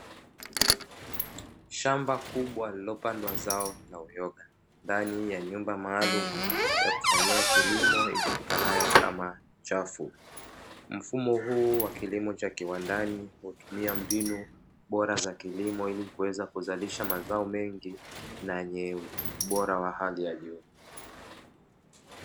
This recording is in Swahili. Shamba kubwa lililopandwa zao la uyoga ndani ya nyumba maalumu ya kufanyia kilimo ijulikanayo kama chafu, mfumo huu wa kilimo cha kiwandani hutumia mbinu bora za kilimo; ili kuweza kuzalisha mazao mengi na yenye ubora wa hali ya juu.